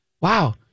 wow